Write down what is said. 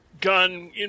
gun